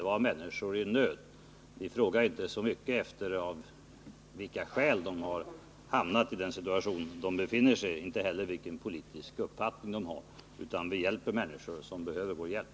Det var människor i nöd. Vi frågar inte så mycket efter av vilka skäl de hamnat i den situation som de befinner sig i. Inte heller frågar vi efter deras politiska uppfattning. Vi hjälper människor som behöver vår hjälp.